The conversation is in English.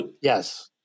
Yes